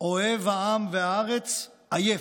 אוהב העם והארץ, עייף.